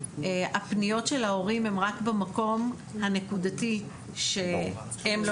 הפניות של ההורים הם רק במקום הנקודתי שהם לא